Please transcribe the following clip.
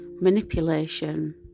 manipulation